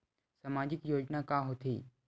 सामाजिक योजना का होथे?